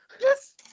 Yes